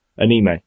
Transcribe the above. anime